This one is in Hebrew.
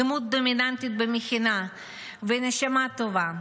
דמות דומיננטית במכינה ונשמה טובה,